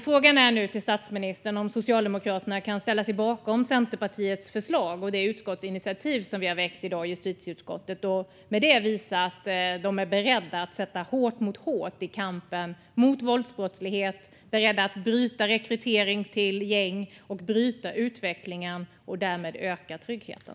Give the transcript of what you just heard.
Kan Socialdemokraterna, statsministern, ställa sig bakom Centerpartiets förslag och det utskottsinitiativ som vi har väckt i dag i justitieutskottet och med det visa att man är beredd att sätta hårt mot hårt i kampen mot våldsbrottslighet, är beredd att bryta rekryteringen till gäng, utvecklingen och därmed att öka tryggheten?